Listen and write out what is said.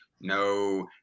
no